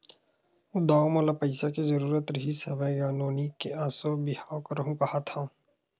दाऊ मोला पइसा के जरुरत रिहिस हवय गा, नोनी के एसो बिहाव करहूँ काँहत हँव